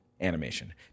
animation